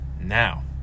Now